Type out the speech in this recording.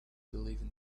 believe